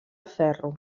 ferro